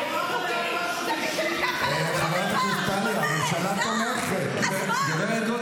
זה לא עכשיו דיון --- הממשלה --- רק רגע.